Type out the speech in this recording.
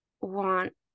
want